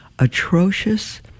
atrocious